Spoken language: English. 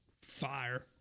Fire